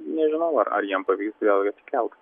nežinau ar ar jiem pavyks vėlgi atsikelt